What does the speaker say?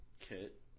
kit